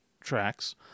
tracks